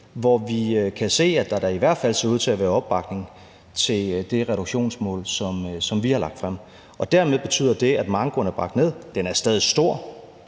hvor vi kan se, at der i hvert fald ser ud til at være opbakning til det reduktionsmål, som vi har lagt frem. Derfor betyder det, at mankoen er bragt ned. Den er stadig stor.